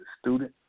student